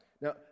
Now